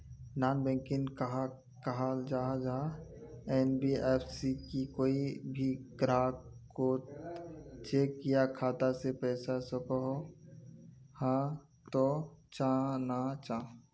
Non banking कहाक कहाल जाहा जाहा एन.बी.एफ.सी की कोई भी ग्राहक कोत चेक या खाता से पैसा सकोहो, हाँ तो चाँ ना चाँ?